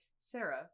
Sarah